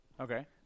Okay